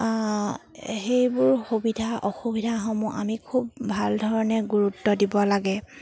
সেইবোৰ সুবিধা অসুবিধাসমূহ আমি খুব ভাল ধৰণে গুৰুত্ব দিব লাগে